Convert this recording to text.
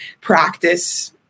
practice